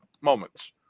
moments